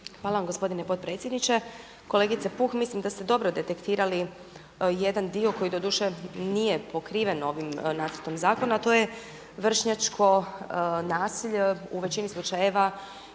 Hvala gospodine potpredsjedniče. Kolegice Puh, mislim da ste dobro detektirali jedan dio koji doduše nije pokriven ovim nacrtom zakona, a to je vršnjačko nasilje u većini slučajeva